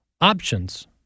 options